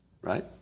right